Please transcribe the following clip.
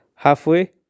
Halfway